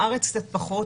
בארץ קצת פחות,